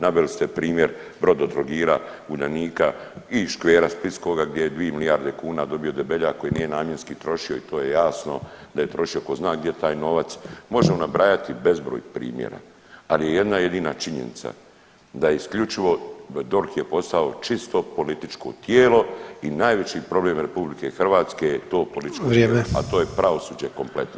Naveli ste primjer Brodotrogira, Uljanika i Škvera splitskoga gdje je dvi milijarde kuna dobio Debeljak koji nije namjenski trošio i to je jasno da je trošio, ko zna gdje je taj novac, možemo nabrajati bezbroj primjera, ali je jedna jedina činjenica da je isključivo, DORH je postao čisto političko tijelo i najveći problem RH je to političko tijelo, a to je pravosuđe kompletno.